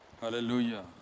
Hallelujah